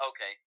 Okay